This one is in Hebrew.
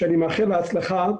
שאני מאחל לה הצלחה,